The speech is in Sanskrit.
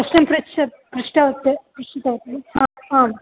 कष्टं पृष्टं पृष्टवती पृष्टवती ह आम्